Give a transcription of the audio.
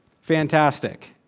fantastic